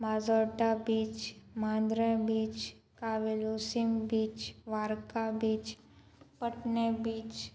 Majorda beach Mandrem beach Cavelossim beach Varca beach Patnem beach